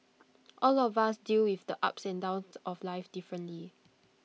all of us deal with the ups and downs of life differently